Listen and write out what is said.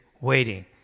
waiting